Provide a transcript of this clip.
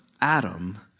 Adam